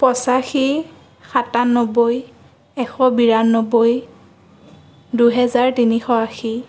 পঁচাশী সাতান্নবৈ এশ বিৰান্নবৈ দুহেজাৰ তিনিশ আশী